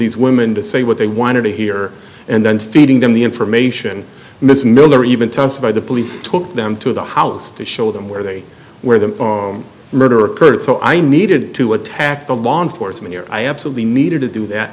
these women to say what they wanted to hear and then feeding them the information and miss miller even turns by the police took them to the house to show them where they where the murder occurred so i needed to attack the law enforcement i absolutely needed to do that